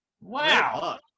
wow